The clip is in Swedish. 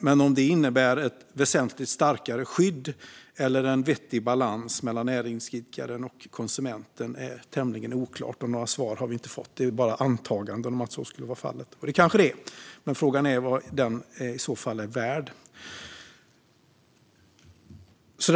Men om det innebär ett väsentligt starkare skydd eller en vettig balans mellan näringsidkaren och konsumenten är tämligen oklart, och några svar har vi inte fått utan bara antaganden om att så skulle vara fallet. Det kanske det är, men frågan är vad det i så fall är värt. Fru talman!